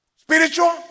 Spiritual